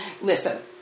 Listen